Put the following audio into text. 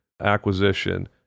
acquisition